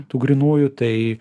tų grynųjų tai